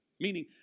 Meaning